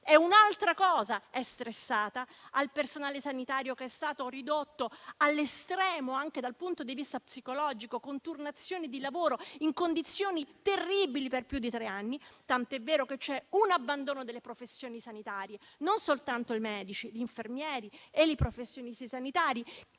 è un'altra cosa. È stressata, ha il personale sanitario che è stato ridotto allo stremo anche dal punto di vista psicologico, con turnazioni di lavoro e condizioni terribili per più di tre anni, tant'è vero che c'è un abbandono delle professioni sanitarie, da parte non soltanto dei medici, ma anche degli infermieri e dei professionisti sanitari: